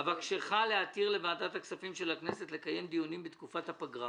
אבקשך להתיר לוועדת הכספים של הכנסת לקיים דיונים בתקופת הפגרה